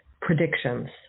predictions